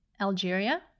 Algeria